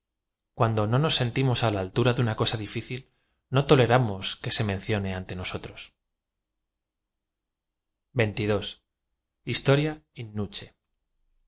cuando no nos sentimos á la altura de una cosa difícil no to lera mos que se mencione ante nosotros x